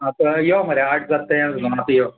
आतां यो मरे आट जाता थंय आसा नू आता यो